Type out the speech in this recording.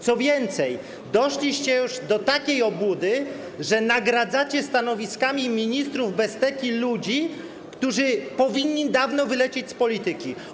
Co więcej, doszliście już do takiej obłudy, że nagradzacie stanowiskami ministrów bez teki ludzi, którzy powinni dawno wylecieć z polityki.